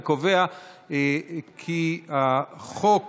אני קובע כי הצעת החוק